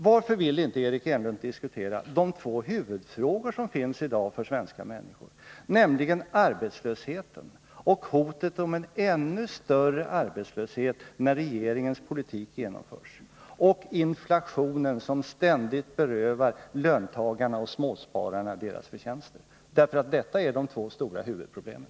Varför vill inte Eric Enlund diskutera de två huvudfrågorna i dag för svenska människor, nämligen för det första arbetslösheten och hotet om en ännu större arbetslöshet när regeringens politik genomförs och för det andra inflationen, som ständigt berövar löntagarna och småspararna deras förtjänster? Detta är de två stora huvudproblemen.